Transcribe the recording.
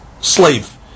slave